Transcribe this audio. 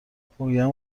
میگویم